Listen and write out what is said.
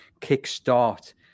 kick-start